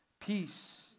peace